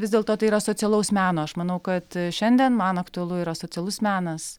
vis dėlto tai yra socialaus meno aš manau kad šiandien man aktualu yra socialus menas